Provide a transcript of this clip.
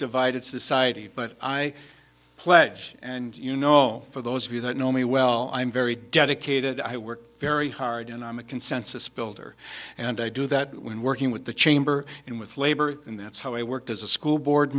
divided society but i pledge and you know for those of you that know me well i'm very dedicated i work very hard and i'm a consensus builder and i do that when working with the chamber and with labor and that's how i worked as a school board